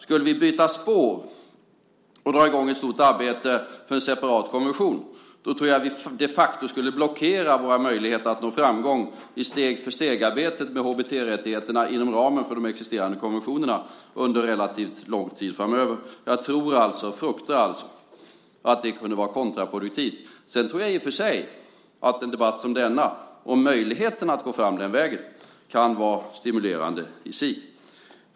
Skulle vi byta spår och dra i gång ett stort arbete för en separat konvention skulle vi, tror jag, de facto blockera våra möjligheter att nå framgång i steg-för-steg-arbetet med HBT-rättigheterna inom ramen för de existerande konventionerna under relativt lång tid framöver. Jag tror alltså, fruktar alltså, att det kunde vara kontraproduktivt. Sedan tror jag i och för sig att en debatt som denna om möjligheterna att gå fram den vägen i sig kan vara stimulerande.